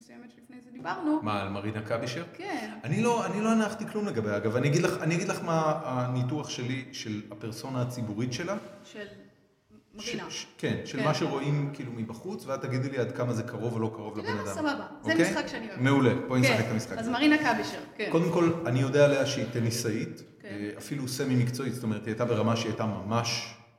...שלפני זה דיברנו. מה, על מרינה קבישר? כן. אני לא הנחתי כלום לגביה, אגב. אני אגיד לך מה הניתוח שלי של הפרסונה הציבורית שלה. של מרינה. כן, של מה שרואים כאילו מבחוץ, ואת תגידי לי עד כמה זה קרוב או לא קרוב לבן אדם. אתה יודע מה, סבבה. זה משחק שאני אוהבת. מעולה. כן. אז מרינה קבישר, כן. קודם כל, אני יודעה עליה שהיא טניסאית. כן. אפילו סמי-מקצועית. זאת אומרת, היא הייתה ברמה שהיא הייתה ממש...